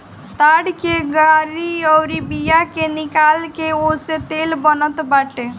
ताड़ की गरी अउरी बिया के निकाल के ओसे तेल बनत बाटे